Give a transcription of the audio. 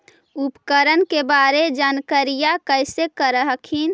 उपकरण के बारे जानकारीया कैसे कर हखिन?